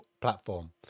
platform